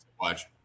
watch